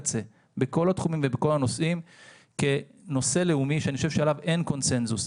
בכל התחומים ובכל הנושאים כנושא לאומי שאני חושב שעליו יש קונצנזוס.